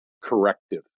corrective